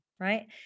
right